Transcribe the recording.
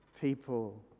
people